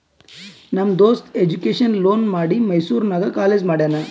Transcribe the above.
ನಮ್ ದೋಸ್ತ education loan ಮಾಡಿ ಮೈಸೂರು ನಾಗ್ ಕಾಲೇಜ್ ಮಾಡ್ಯಾನ್